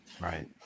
right